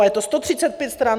A je to 135 stran.